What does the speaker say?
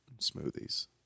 smoothies